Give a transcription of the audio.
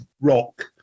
rock